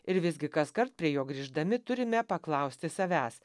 ir visgi kaskart prie jo grįždami turime paklausti savęs